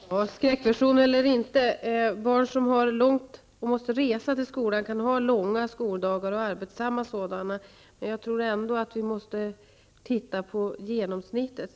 Fru talman! Skräckvision eller inte, barn som har långt till skolan kan ha långa och arbetsamma skoldagar. Men jag tror ändå att vi måste se på genomsnittet.